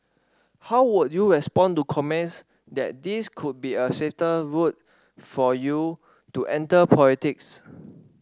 how would you respond to comments that this could be a safer route for you to enter politics